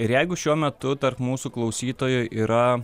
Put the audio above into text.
ir jeigu šiuo metu tarp mūsų klausytojų yra